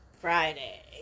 Friday